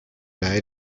diary